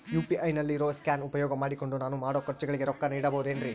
UPI ನಲ್ಲಿ ಇರೋ scan ಉಪಯೋಗ ಮಾಡಿಕೊಂಡು ನಾನು ಮಾಡೋ ಖರ್ಚುಗಳಿಗೆ ರೊಕ್ಕ ನೇಡಬಹುದೇನ್ರಿ?